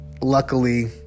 Luckily